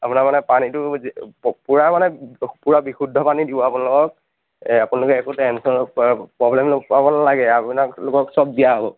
আপোনাৰ মানে পানীটো পুৰা মানে পুৰা বিশুদ্ধ পানী দিব আপোনলোকক আপোনলোকে একো টেনচন প্ৰব্লেম পাব নালাগে আপোনালোকক চব দিয়া হ'ব